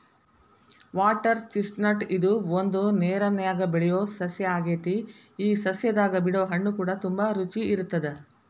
water chestnut ಇದು ಒಂದು ನೇರನ್ಯಾಗ ಬೆಳಿಯೊ ಸಸ್ಯ ಆಗೆತಿ ಈ ಸಸ್ಯದಾಗ ಬಿಡೊ ಹಣ್ಣುಕೂಡ ತುಂಬಾ ರುಚಿ ಇರತ್ತದ